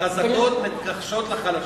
החזקות מתכחשות לחלשות.